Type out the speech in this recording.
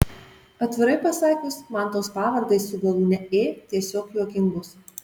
atvirai pasakius man tos pavardės su galūne ė tiesiog juokingos